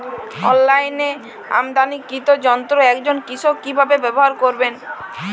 অনলাইনে আমদানীকৃত যন্ত্র একজন কৃষক কিভাবে ব্যবহার করবেন?